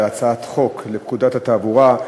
להצעת חוק לפקודת התעבורה,